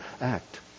act